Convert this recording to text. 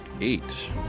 Eight